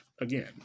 again